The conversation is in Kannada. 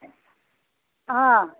ಹಾಂ